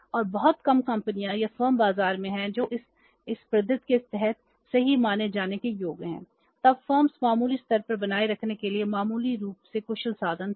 और बहुत कम कंपनियाँ या फ़र्म बाज़ार में हैं जो इस पद्धति के तहत सही माने जाने के योग्य हैं तब फ़र्म्स मामूली स्तर पर बनाए रखने के लिए मामूली रूप से कुशल साधन थे